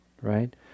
right